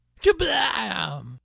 Kablam